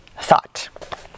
thought